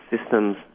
systems